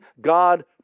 God